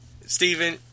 Stephen